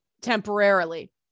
temporarily